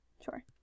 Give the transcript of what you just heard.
Sure